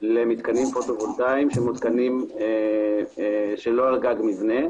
למתקנים שמותקנים שלא על גג מבנה.